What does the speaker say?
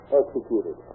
executed